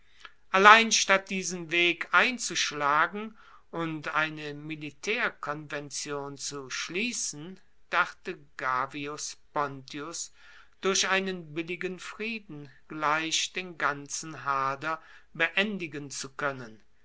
allein statt diesen weg einzuschlagen und eine militaerkonvention zu schliessen dachte gavius pontius durch einen billigen frieden gleich den ganzen hader beendigen zu koennen